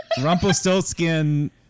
Rumpelstiltskin